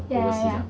ya ya ya ya